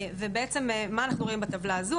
מה אנחנו רואים בטבלה הזו?